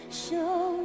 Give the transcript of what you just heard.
show